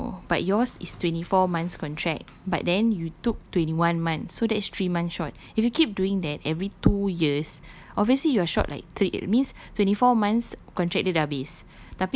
I know but yours is twenty four months contract but then you took twenty one month so that's three months short if you keep doing that every two years obviously you're short like three it means twenty four months contract dia dah habis